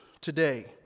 today